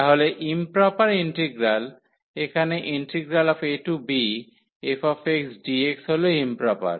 তাহলে improper integral এখানে abfxdx হল ইম্প্রপার